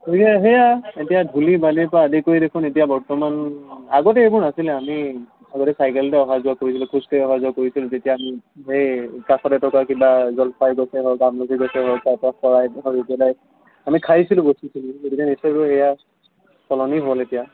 গতিকে সেয়া এতিয়া ধূলি বালিৰ পৰা আদি কৰি দেখোন এতিয়া বৰ্তমান আগতে এইবোৰ নাছিলে আমি আগতে চাইকেলতে অহা যোৱা কৰিছিলোঁ খোজ কাঢ়ি অহা যোৱা কৰিছিলোঁ যেতিয়া আমি সেই কাষত এটকা কিবা জলপাই গছে হওক আমলখি গছে হওক তাৰপৰা সৰাই আমি খাইছিলোঁ এয়া সলনি হ'ল এতিয়া